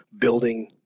building